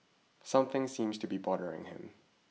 something seems to be bothering him